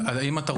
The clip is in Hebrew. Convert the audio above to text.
האם אתה רוצה,